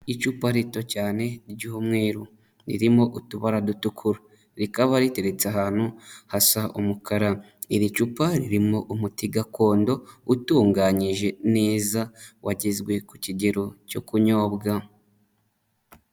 Icupa rito cyane ry'umweru ririmo utubara dutukura rikaba riteretse ahantu hasa umukara, iri cupa ririmo umuti gakondo utunganyije neza wagizwe ku kigero cyo kunyobwa.